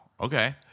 Okay